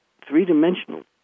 Three-dimensional